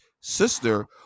sister